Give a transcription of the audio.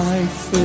Life